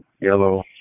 yellow